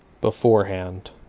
beforehand